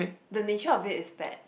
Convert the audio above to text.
the nature of it is bad